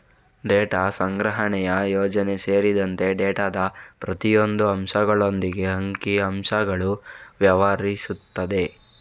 data ಸಂಗ್ರಹಣೆಯ ಯೋಜನೆ ಸೇರಿದಂತೆ ಡೇಟಾದ ಪ್ರತಿಯೊಂದು ಅಂಶಗಳೊಂದಿಗೆ ಅಂಕಿ ಅಂಶಗಳು ವ್ಯವಹರಿಸುತ್ತದೆ